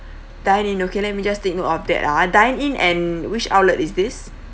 dine in okay let me just take note of that ah dine in and which outlet is this